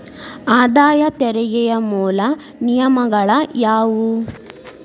ಆದಾಯ ತೆರಿಗೆಯ ಮೂಲ ನಿಯಮಗಳ ಯಾವು